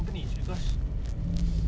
!alamak!